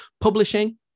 Publishing